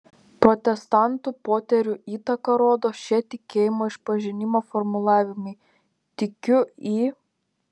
protestantų poterių įtaką rodo šie tikėjimo išpažinimo formulavimai tikiu į